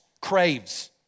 craves